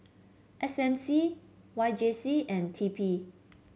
S M C Y J C and T P